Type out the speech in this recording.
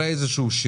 עדכון כמה הוגשו,